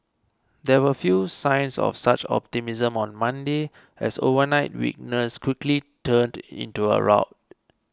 there were few signs of such optimism on Monday as overnight weakness quickly turned into a rout